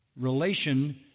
relation